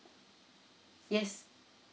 yes